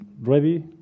ready